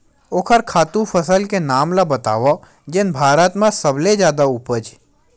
ओखर खातु फसल के नाम ला बतावव जेन भारत मा सबले जादा उपज?